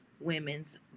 women's